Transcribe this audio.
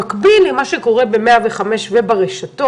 במקביל למה שקורה במוקד 105 וברשתות,